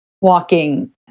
walking